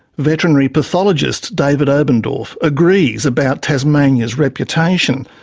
veterinary pathologist david obendorf agrees about tasmania's reputation,